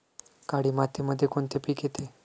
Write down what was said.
काळी मातीमध्ये कोणते पिके येते?